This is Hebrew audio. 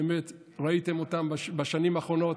באמת ראיתם אותם בשנים האחרונות.